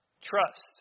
Trust